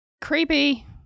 Creepy